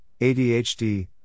ADHD